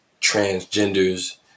transgenders